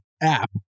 app